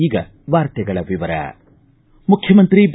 ಈಗ ವಾರ್ತೆಗಳ ವಿವರ ಮುಖ್ಯಮಂತ್ರಿ ಬಿ